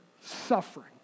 suffering